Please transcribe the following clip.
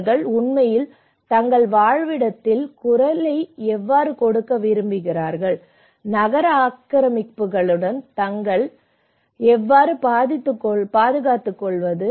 அவர்கள் உண்மையில் தங்கள் வாழ்விடத்தின் குரலை எவ்வாறு கொடுக்க விரும்புகிறார்கள் நகர ஆக்கிரமிப்புகளுடன் தங்களை எவ்வாறு பாதுகாத்துக் கொள்வது